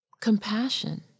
compassion